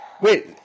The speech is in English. Wait